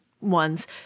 ones